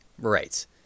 Right